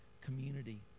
community